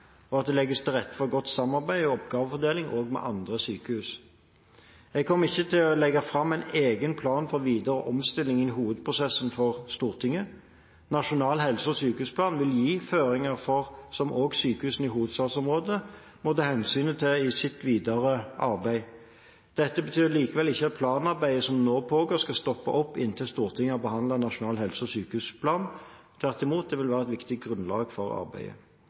og at det legges til rette for godt samarbeid og oppgavefordeling også med andre sykehus. Jeg kommer ikke til å legge fram en egen plan for videre omstilling i hovedstadsprosessen for Stortinget. Nasjonal helse- og sykehusplan vil gi føringer som også sykehusene i hovedstadsområdet må ta hensyn til i sitt videre arbeid. Dette betyr likevel ikke at planarbeidet som nå pågår, skal stoppe opp inntil Stortinget har behandlet nasjonal helse- og sykehusplan. Tvert imot vil dette være et viktig grunnlag for arbeidet.